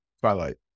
twilight